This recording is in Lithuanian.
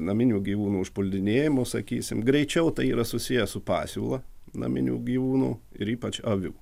naminių gyvūnų užpuldinėjimu sakysim greičiau tai yra susiję su pasiūla naminių gyvūnų ir ypač avių